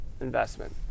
investment